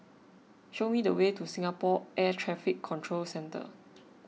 show me the way to Singapore Air Traffic Control Centre